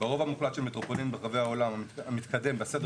ברוב המוחלט של מטרופולין ברחבי העולם המתקדם בסדר